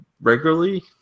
regularly